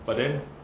but then